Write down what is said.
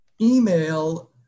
Email